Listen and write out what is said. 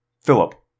Philip